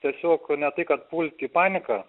tiesiog ne tai kad pult į paniką